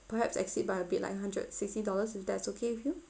perhaps exceed by a bit like hundred sixty dollars if that's okay with you